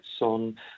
on